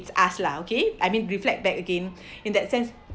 it's us lah okay I mean reflect back again in that sense